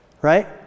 Right